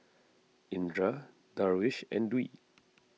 Indra Darwish and Dwi